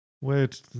Wait